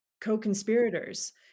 co-conspirators